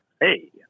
Hey